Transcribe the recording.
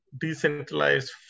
decentralized